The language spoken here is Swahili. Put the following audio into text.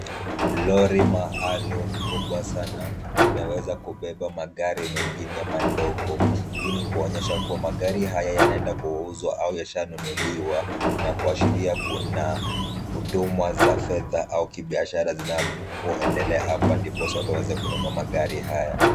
Lori maalum kubwa sana limeweza kubeba magari mengine madogo hii ni kuonyesha kua magari haya yanaenda kuuzwa au yashanunuliwa. na kuashiria kuna huduma za fedha ama kibiashara zinapoendelea hapa ndiposa watu waweze kununua magari haya.